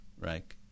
right